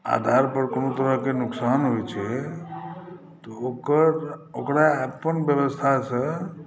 आधारपर कोनो तरहके नोकसान होइत छै तऽ ओकर ओकरा अपन व्यवस्थासँ